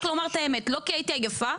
רק לומר את האמת, לא כי הייתי עייפה.